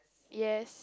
yes